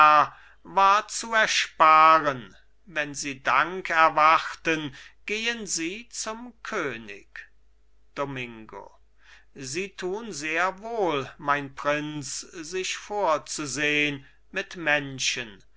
war zu ersparen wenn sie dank erwarten gehen sie zum könig domingo sie tun sehr wohl mein prinz sich vorzusehn mit menschen